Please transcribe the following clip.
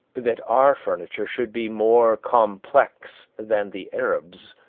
that our furniture should be more complex than the arab's,